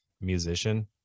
musician